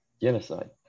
genocide